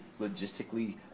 logistically